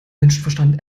menschenverstand